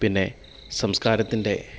പിന്നെ സംസ്കാരത്തിൻ്റെ